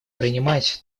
принимать